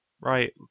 Right